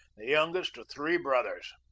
the youngest of three brothers.